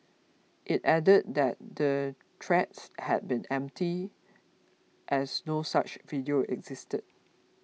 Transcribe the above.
it added that the threats had been empty as no such video existed